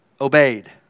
obeyed